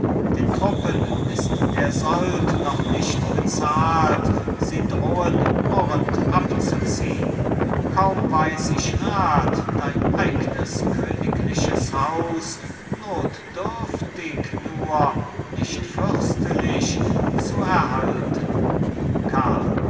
den truppen ist der sold noch nicht bezahlt sie drohen murrend abzuziehn kaum weiß ich rat dein eignes königliches haus notdürftig nur nicht fürstlich zu erhalten